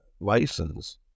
License